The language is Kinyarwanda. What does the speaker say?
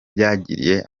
byagiriye